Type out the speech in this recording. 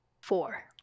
four